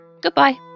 Goodbye